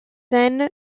then